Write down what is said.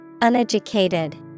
Uneducated